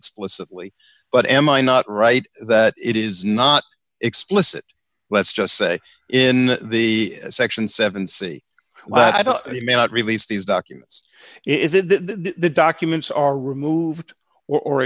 explicitly but am i not right that it is not explicit let's just say in the section seven c well i don't you may not release these documents if the documents are removed or